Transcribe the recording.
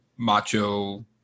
Macho